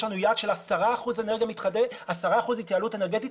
יש לנו יעד של 10 אחוזים התייעלות אנרגטית,